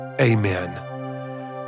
Amen